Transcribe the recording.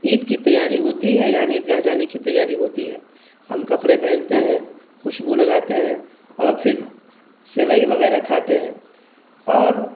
عید کی تیاری ہوتی ہے یعنی عیدگاہ جانے کی تیاری ہوتی ہے ہم کپڑے پہنتے ہیں خوشبو لگاتے ہیں اور پھر سیوئی وغیرہ کھاتے ہیں اور